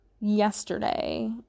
yesterday